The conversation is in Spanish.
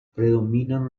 predominan